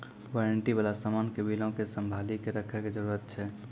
warranty बाला समान के बिलो के संभाली के रखै के जरूरत छै